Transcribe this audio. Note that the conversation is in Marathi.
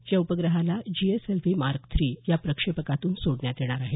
या उपग्रहाला जीएसएलव्ही मार्क थ्री या प्रक्षेपकातून सोडण्यात येणार आहे